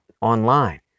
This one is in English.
online